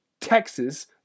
Texas